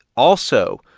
also,